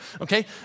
okay